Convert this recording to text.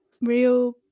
real